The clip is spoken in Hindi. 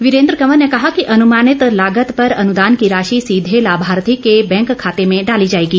वीरेन्द्र कंवर ने कहा अनुमानित लागत पर अनुदान की राशि सीधे लाभार्थी के बैंक खाते में डाली जाएगी